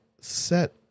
set